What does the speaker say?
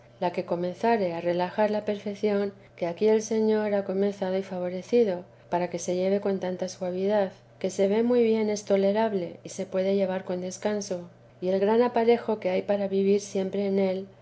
la que comenzare a relajar la perfeción que aquí el señor ha comenzado y favorecido para que se lleve con tanta suavidad que se ve muy bien es tolerable y se puede llevar con descanso y el gran aparejo que hay para vivir siempre en él